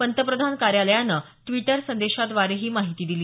पंतप्रधान कार्यालयानं द्विटर संदेशाद्वारे ही माहिती दिली